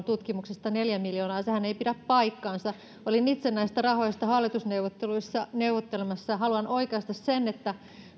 tutkimuksesta neljä miljoonaa sehän ei pidä paikkaansa olin itse näistä rahoista hallitusneuvotteluissa neuvottelemassa ja haluan oikaista että